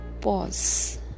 pause